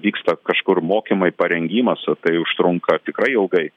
vyksta kažkur mokymai parengimas o tai užtrunka tikrai ilgai